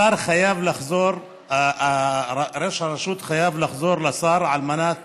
השר חייב לחזור, ראש הרשות חייב לחזור לשר על מנת